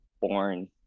born